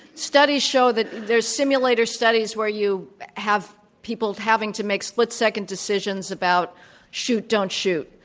studies show that there's simulator studies where you have people having to make split-second decisions about shoot, don't shoot.